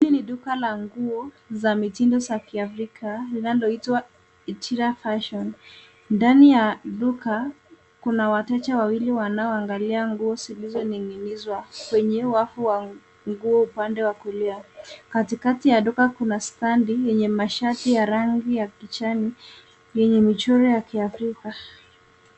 Hili ni duka la nguo za mtindo za kiafrika linaloitwa Jira fashion. Ndani ya duka kuna wateja wawili wanaoangalia nguo zilizoninginizwa kwenye wafu wa nguo upande wa kulia. Katikati ya duka kuna standing yenye mashati ya rangi kijani yenye michoro ya kiafrika.